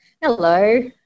Hello